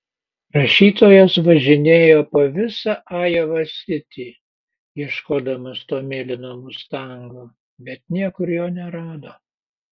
rašytojas važinėjo po visą ajova sitį ieškodamas to mėlyno mustango bet niekur jo nerado